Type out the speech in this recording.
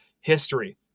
history